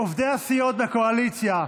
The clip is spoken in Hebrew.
עובדי הסיעות מהקואליציה.